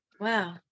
Wow